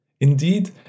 Indeed